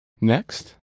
Next